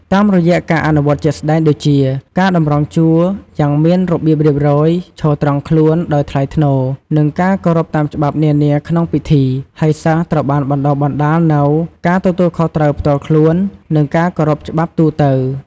តាមរយៈការអនុវត្តជាក់ស្តែងដូចជា ការតម្រង់ជួរ យ៉ាងមានរបៀបរៀបរយ ឈរត្រង់ខ្លួន ដោយថ្លៃថ្នូរ និងការគោរពតាមច្បាប់នានាក្នុងពិធី ហើយសិស្សត្រូវបានបណ្ដុះបណ្ដាលនូវ ការទទួលខុសត្រូវ ផ្ទាល់ខ្លួន និងការគោរពច្បាប់ទូទៅ។